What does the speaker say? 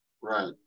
Right